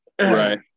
Right